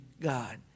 God